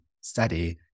study